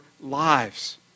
lives